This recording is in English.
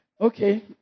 Okay